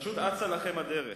פשוט אצה לכם הדרך.